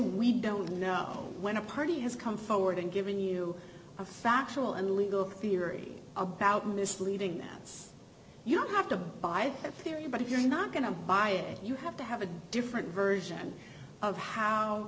we don't know when a party has come forward and given you a factual and legal theory about misleading them you don't have to buy a period but if you're not going to buy it you have to have a different version of how